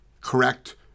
correct